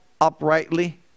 uprightly